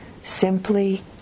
simply